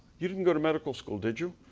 you didn't go to medical school, did you?